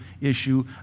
issue